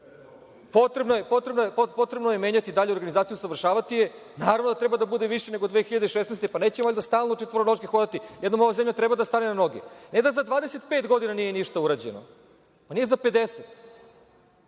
je menjati dalju organizaciju, usavršavati je. Naravno da treba da bude više nego 2016. godine. Nećemo valjda stalno četvoronoške hodati? Jednom ova zemlja treba da stane na noge. Ne da za 25 godina nije ništa urađeno, pa nije za 50,